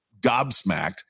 gobsmacked